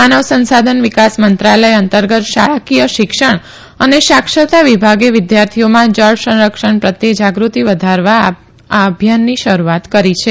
માનવ સંસાધન વિકાસ મંત્રાલય અંતર્ગત શાળાકીય શિક્ષણ અને સાક્ષરતા વિભાગે વિદ્યાર્થીઓમાં જળ સંરક્ષણ પ્રત્યે જાગૃતિ વધારવા માતે આ અભિયાનની શરૂઆત કરી છે